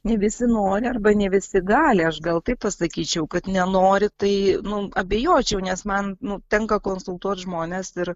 ne visi nori arba ne visi gali aš gal taip pasakyčiau kad nenori tai nu abejočiau nes man tenka konsultuot žmones ir